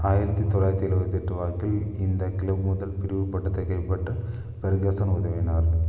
ஆயிரத்தி தொள்ளாயிரத்தி எழுவத்தெட்டு வாக்கில் இந்த க்ளப் முதல் பிரிவுப் பட்டத்தைக் கைப்பற்ற பெர்கசன் உதவினார்